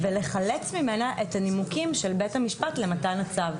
ולחלץ ממנה את הנימוקים של בית המשפט למתן הצו.